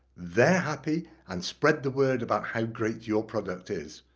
they're happy and spread the word about how great your product is.